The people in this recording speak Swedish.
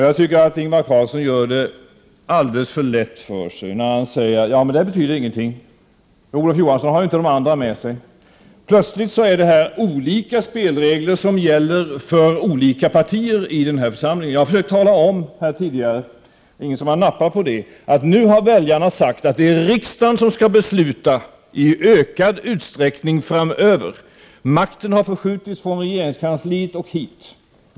Jag tycker att Ingvar Carlsson gör det alldeles för lätt för sig då han påstår att det som jag säger inte betyder någonting, att jag inte har de andra partierna med mig i denna fråga. Plötsligt gäller olika spelregler för olika partier i den här församlingen. Jag har tidigare försökt tala om, det är ingen som har nappat på det, att väljarna nu har sagt att det i ökad utsträckning framöver är riksdagen som skall fatta besluten. Makten har förskjutits från regeringskansliet till riksdagen.